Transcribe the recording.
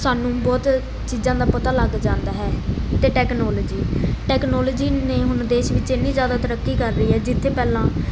ਸਾਨੂੰ ਬਹੁਤ ਚੀਜ਼ਾਂ ਦਾ ਪਤਾ ਲੱਗ ਜਾਂਦਾ ਹੈ ਅਤੇ ਟੈਕਨੋਲੋਜੀ ਟੈਕਨੋਲੋਜੀ ਨੇ ਹੁਣ ਦੇਸ਼ ਵਿੱਚ ਇੰਨੀ ਜ਼ਿਆਦਾ ਤਰੱਕੀ ਕਰ ਲਈ ਹੈ ਜਿੱਥੇ ਪਹਿਲਾਂ